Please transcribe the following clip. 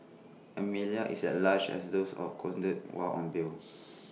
Amelia is at large as those absconded while on bail